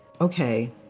okay